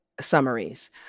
summaries